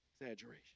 exaggeration